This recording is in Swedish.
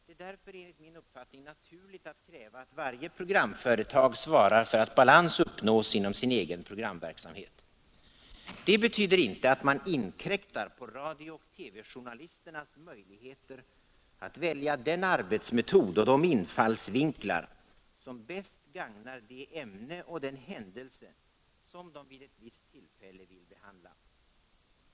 Det är därför enligt min uppfattning naturligt att kräva, att varje programföretag svarar för att balans uppnås inom dess egen programverksamhet. Detta betyder inte att man inkräktar på radiooch TV-journalisternas möjligheter att välja den arbetsmetod och de infallsvinklar som bäst gagnar det ämne och den händelse som de vid visst tillfälle vill behandla.